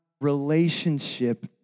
relationship